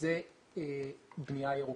זאת בנייה ירוקה.